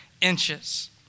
inches